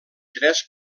tres